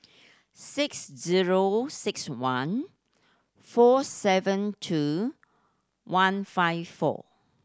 six zero six one four seven two one five four